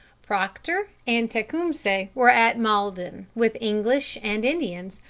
proctor and tecumseh were at malden, with english and indians,